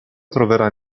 troverà